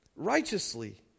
righteously